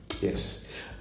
Yes